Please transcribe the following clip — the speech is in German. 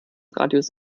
radius